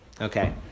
Okay